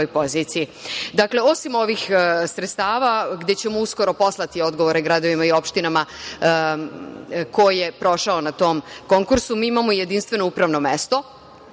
osim ovih sredstava, gde ćemo uskoro poslati odgovore gradovima i opštinama ko je prošao na tom konkursu, mi imamo jedinstveno upravno mesto.